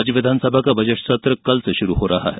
राज्य विधानसभा का बजट सत्र कल से शुरू हो रहा है